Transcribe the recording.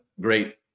great